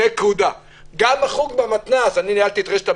גם החוג במתנ"ס אני ניהלתי את רשת המתנ"סים.